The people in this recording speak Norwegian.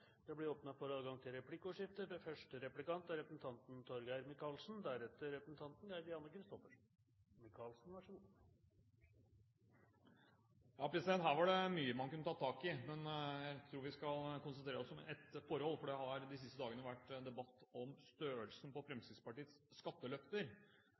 Det blir replikkordskifte. Her var det mye man kunne ta tak i, men jeg tror vi skal konsentrere oss om ett forhold, for det har de siste dagene vært debatt om størrelsen på